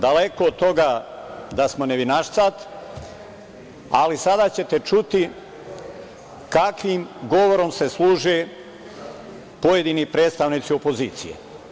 Daleko od toga da smo nevinašcad, ali sada ćete čuti kakvi govorom se služe pojedini predstavnici opozicije.